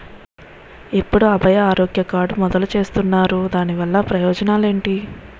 ఎప్పుడు అభయ ఆరోగ్య కార్డ్ మొదలు చేస్తున్నారు? దాని వల్ల ప్రయోజనాలు ఎంటి?